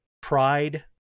pride